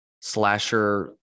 slasher